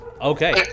Okay